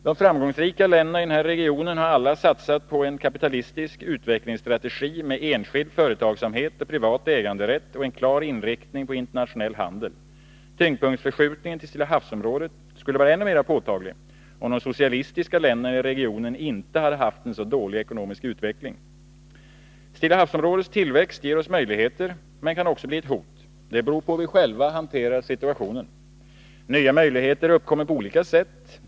De framgångsrika länderna i denna region har alla satsat på en kapitalistisk utvecklingsstrategi med enskild företagsamhet och privat äganderätt och en klar inriktning på internationell handel. Tyngdpunktsförskjutningen till Stilla havs-området skulle vara ännu mer påtaglig, om de socialistiska länderna i regionen inte hade haft en så dålig ekonomisk utveckling. Stilla havs-områdets tillväxt ger oss möjligheter, men kan också bli ett hot. Det beror på hur vi själva hanterar situationen. Nya möjligheter uppkommer på olika sätt.